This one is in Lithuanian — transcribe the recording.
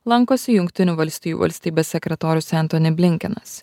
lankosi jungtinių valstijų valstybės sekretorius entoni blinkenas